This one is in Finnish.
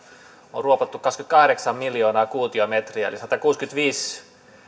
on ruopattu kaksikymmentäkahdeksan miljoonaa kuutiometriä eli satakuusikymmentäviisi